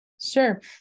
Sure